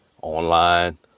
online